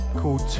called